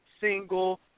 single